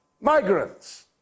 migrants